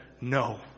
no